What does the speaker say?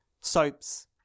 soaps